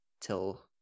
till